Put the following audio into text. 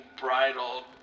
bridled